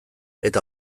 eta